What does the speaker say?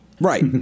Right